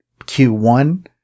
Q1